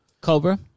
Cobra